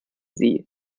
sie